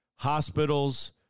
hospitals